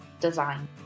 design